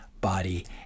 body